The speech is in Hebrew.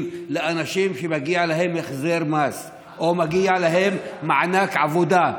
לאנשים שמגיע להם החזר מס או מגיע להם מענק עבודה.